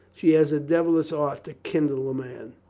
she has a devilish art to kindle a man.